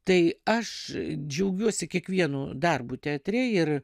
tai aš džiaugiuosi kiekvienu darbu teatre ir